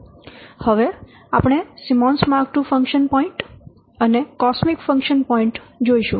હવે આપણે Simons mark II function point અને કોસ્મિક ફંક્શન પોઇન્ટ જોશું